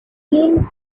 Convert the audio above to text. thin